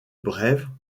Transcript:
brève